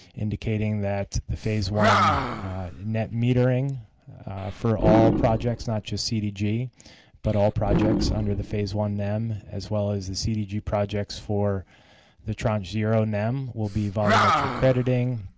indicating that the phase one net metering for all projects not just cdg but all projects under the phase one nem as well as the cdg projects for the tranche zero nem will be volume et trick crediting,